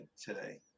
today